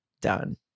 done